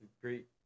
great